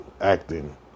acting